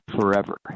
forever